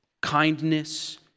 kindness